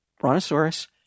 brontosaurus